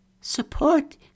Support